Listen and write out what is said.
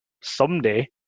someday